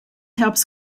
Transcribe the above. helps